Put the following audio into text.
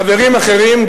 חברים אחרים,